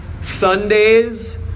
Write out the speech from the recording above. sundays